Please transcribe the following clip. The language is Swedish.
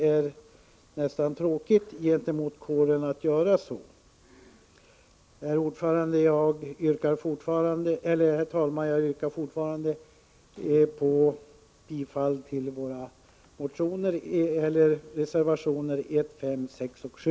Det är tråkigt för kåren att man verkligen vill göra sådana påståenden. Herr talman! Jag vill åter yrka bifall till våra reservationer 1, 5, 6 och 7.